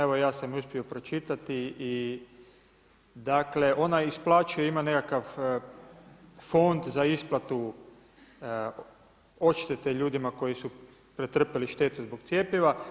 Evo ja sam ju uspio pročitati i dakle, ona isplaćuje, ima nekakav fond za isplatu odštete ljudima koji su pretrpjeli štetu zbog cjepiva.